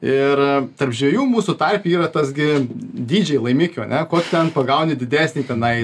ir tarp žvejų mūsų tarpe yra tas gi dydžiai laimikių ane kuo tu ten pagauni didesnį tenai